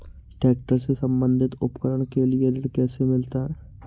Tractor से संबंधित उपकरण के लिए ऋण कैसे मिलता है?